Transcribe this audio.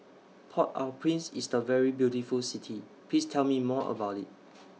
Port Au Prince IS A very beautiful City Please Tell Me More about IT